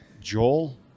Joel